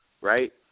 right